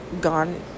gone